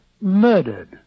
murdered